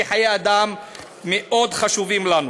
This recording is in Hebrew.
כי חיי אדם מאוד חשובים לנו.